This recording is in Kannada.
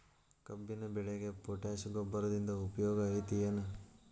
ಕಬ್ಬಿನ ಬೆಳೆಗೆ ಪೋಟ್ಯಾಶ ಗೊಬ್ಬರದಿಂದ ಉಪಯೋಗ ಐತಿ ಏನ್?